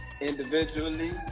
individually